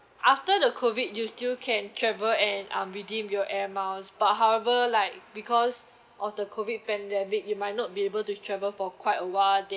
after the COVID you still can travel and um redeem your air miles but however like because of the COVID pandemic you might not be able to travel for quite awhile